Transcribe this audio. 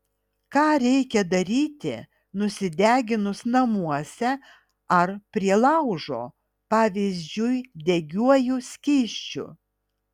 ką reikia daryti nusideginus namuose ar prie laužo pavyzdžiui degiuoju skysčiu